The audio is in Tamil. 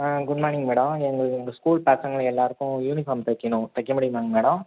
ஆ குட் மார்னிங் மேடம் எங்கள் எங்கள் ஸ்கூல் பசங்க எல்லாருக்கும் யூனிஃபார்ம் தக்கணும் தைக்க முடியுமாங்க மேடம்